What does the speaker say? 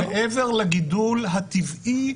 -- מעבר לגידול הטבעי,